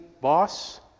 boss